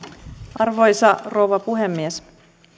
arvoisa rouva puhemies